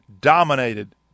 dominated